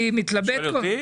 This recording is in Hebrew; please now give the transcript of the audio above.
שואל אותי?